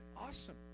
awesome